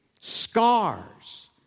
scars